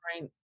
right